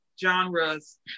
genres